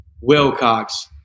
Wilcox